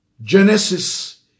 Genesis